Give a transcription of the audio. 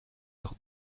leur